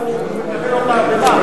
הוא מקבל אותה במה?